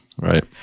right